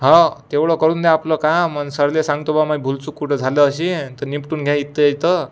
हो तेवढं करून द्या आपलं काम आणि सरले सांगतो ब्वा माझी भूलचूक कुठं झालं अशीन तर निपटून घ्या इथं इथं